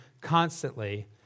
constantly